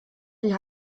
die